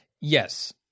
Yes